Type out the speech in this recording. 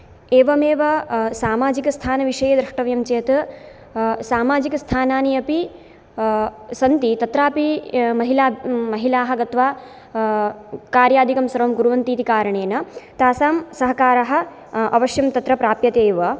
एवमेव सामाजिकस्थानविषये द्रष्टव्यं चेत् सामाजिकस्थानानि अपि सन्ति तत्रापि महिला महिलाः गत्वा कार्यादिकं सर्वं कुर्वन्ति इति कारणेन तासां सहकारः अवश्यं तत्र प्राप्यते एव